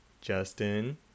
Justin